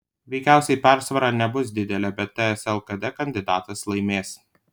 veikiausiai persvara nebus didelė bet ts lkd kandidatas laimės